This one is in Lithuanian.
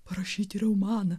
parašyti romaną